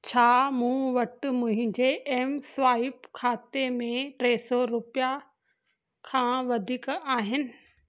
छा मूं वटि मुंहिंजे एम स्वाइप खाते में टे सौ रुपया खां वधीक आहिनि